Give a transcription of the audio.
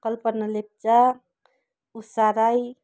Kalpana Lepcha Usha Rai